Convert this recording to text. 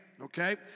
okay